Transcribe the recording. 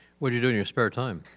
what do you do in your spare time?